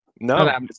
No